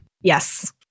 Yes